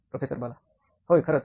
professor Bala होय खरच